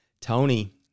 Tony